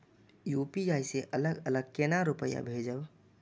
UPI से अलग अलग केना रुपया भेजब